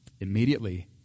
Immediately